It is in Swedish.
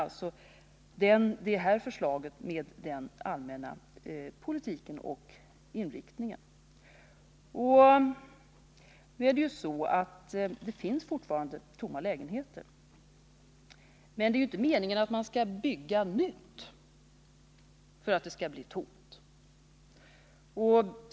Vårt förslag överensstämmer alltså med den allmänna politiska inriktningen på detta område. Visst finns det fortfarande tomma lägenheter. Men det är inte meningen att det skall byggas nytt för att det skall bli tomma lägenheter.